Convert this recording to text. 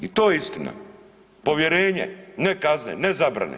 I to je istina, povjerenje, ne kazne, ne zabrane.